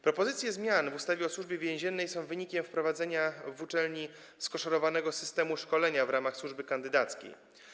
Propozycje zmian w ustawie o Służbie Więziennej są wynikiem wprowadzenia w uczelni skoszarowanego systemu szkolenia w ramach służby kandydackiej.